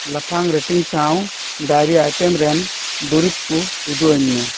ᱞᱟᱯᱷᱟᱝ ᱨᱮᱴᱤᱝ ᱥᱟᱶ dairy item ᱨᱮᱱ ᱫᱩᱨᱤᱵᱽ ᱠᱚ ᱩᱫᱩᱜ ᱟᱹᱧ ᱢᱮ